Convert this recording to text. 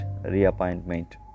reappointment